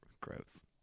Gross